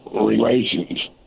relations